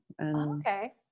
Okay